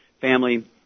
family